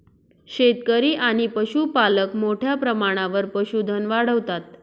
शेतकरी आणि पशुपालक मोठ्या प्रमाणावर पशुधन वाढवतात